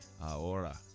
ahora